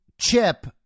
chip